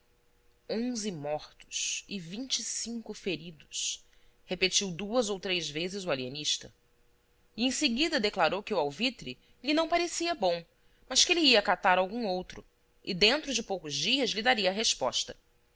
onze mortos e vinte e cinco feridos repetiu duas ou três vezes o alienista e em seguida declarou que o alvitre lhe não parecia bom mas que ele ia catar algum outro e dentro de poucos dias lhe daria resposta